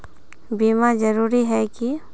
बीमा जरूरी रहे है की?